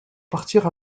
partir